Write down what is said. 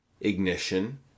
ignition